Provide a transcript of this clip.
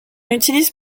utilise